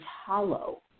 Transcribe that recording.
hollow